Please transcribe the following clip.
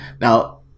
Now